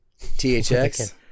THX